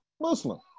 muslim